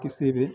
किसी भी